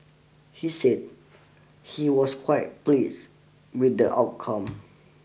he said he was quite pleased with the outcome